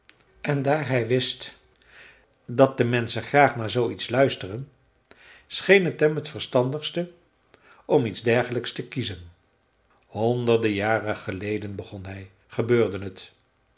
en daar hij wist dat de menschen graag naar zooiets luisteren scheen het hem t verstandigste om iets dergelijks te kiezen honderden jaren geleden begon hij gebeurde het